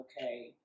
okay